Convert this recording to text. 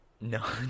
No